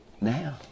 now